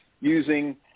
using